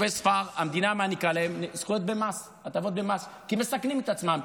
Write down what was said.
המדינה מעניקה להם הטבות במס כי הם מסכנים את עצמם.